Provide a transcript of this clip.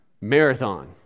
Marathon